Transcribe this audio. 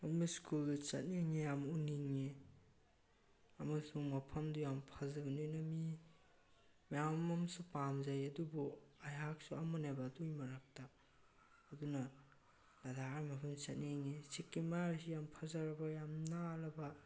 ꯑꯗꯨꯝꯕ ꯁ꯭ꯀꯨꯜꯗꯨ ꯆꯠꯅꯤꯡꯏ ꯌꯥꯝ ꯎꯅꯤꯡꯏ ꯑꯃꯁꯨꯡ ꯃꯐꯝꯗꯨ ꯌꯥꯝ ꯐꯖꯕꯅꯤꯅ ꯃꯤ ꯃꯌꯥꯝ ꯑꯃꯁꯨ ꯄꯥꯝꯖꯩ ꯑꯗꯨꯕꯨ ꯑꯩꯍꯥꯛꯁꯨ ꯑꯃꯅꯦꯕ ꯑꯗꯨꯏ ꯃꯔꯛꯇ ꯑꯗꯨꯅ ꯂꯗꯥꯛ ꯍꯥꯏꯔꯤꯕ ꯃꯐꯝꯁꯤ ꯆꯠꯅꯤꯡꯉꯤ ꯁꯤꯀꯤꯝ ꯍꯥꯏꯔꯤꯁꯤ ꯌꯥꯝ ꯐꯖꯔꯕ ꯌꯥꯝ ꯅꯥꯜꯂꯕ